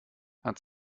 hat